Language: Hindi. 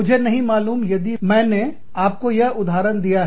मुझे नहीं मालूम यदि मैंने आपको यह उदाहरण दिया है